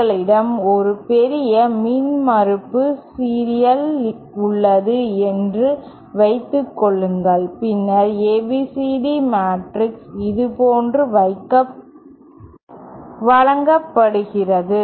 எங்களிடம் ஒரு பெரிய மின்மறுப்பு சீரியஸ் இல் உள்ளது என்று வைத்துக்கொள்ளுங்கள் பின்னர் ABCD மேட்ரிக்ஸ் இதுபோன்று வழங்கப்படுகிறது